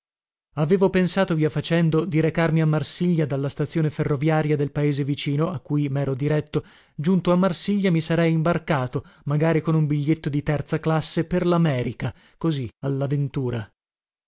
avevo pensato via facendo di recarmi a marsiglia dalla stazione ferroviaria del paese vicino a cui mero diretto giunto a marsiglia mi sarei imbarcato magari con un biglietto di terza classe per lamerica così